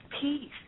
peace